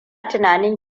tunanin